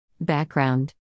Background